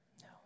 No